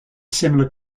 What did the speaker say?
similar